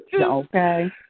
Okay